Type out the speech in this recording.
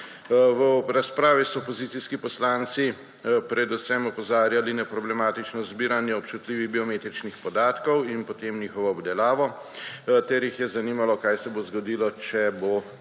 V razpravi so opozicijski poslanci predvsem opozarjali na problematično zbiranje občutljivih biometričnih podatkov in potem njihovo obdelavo ter jih je zanimalo, kaj se bo zgodilo, če bo